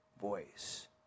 voice